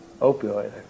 opioid